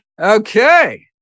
okay